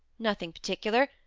nothing particular.